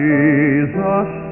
Jesus